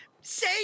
Say